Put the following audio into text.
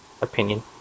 opinion